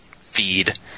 feed